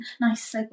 nice